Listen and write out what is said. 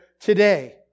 today